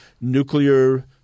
nuclear